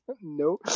no